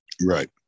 right